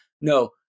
no